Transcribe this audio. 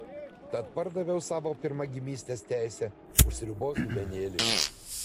tad pardaviau savo pirmagimystės teisę už sriubos dubenėlį